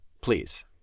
Please